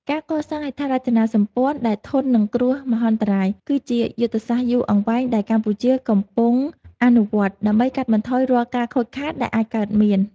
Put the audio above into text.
ការកសាងហេដ្ឋារចនាសម្ព័ន្ធដែលធន់នឹងគ្រោះមហន្តរាយ គឺជាយុទ្ធសាស្ត្រយូរអង្វែងដែលកម្ពុជាកំពុងអនុវត្ត ដើម្បីកាត់បន្ថយរាល់ការខូចខាតដែលអាចកើតមាន។